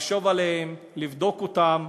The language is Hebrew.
לחשוב עליהם, לבדוק אותם.